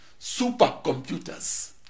supercomputers